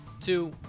two